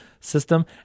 system